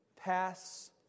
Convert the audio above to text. pass